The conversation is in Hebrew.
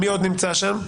מי עוד נמצא שם?